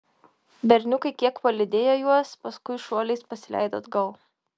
berniukai kiek palydėjo juos paskui šuoliais pasileido atgal